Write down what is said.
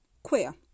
Queer